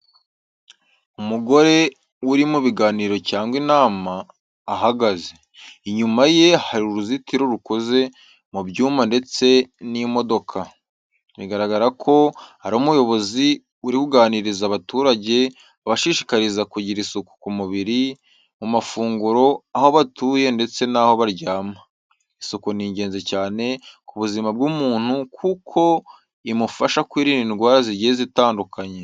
Umugore uri mu biganiro cyangwa inama, ahagaze, inyuma ye hari uruzitiro rukoze mu byuma ndetse n'imodoka. Bigaragara ko ari umuyobozi uri kuganiriza abaturage abashishikariza kugira isuku ku mubiri, mu mafunguro, aho batuye ndetse n'aho baryama. Isuku ni ingenzi cyane ku buzima bw'umuntu kuko imufasha kwirinda indwara zigiye zitandukanye.